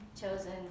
chosen